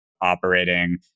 operating